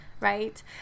right